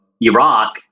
Iraq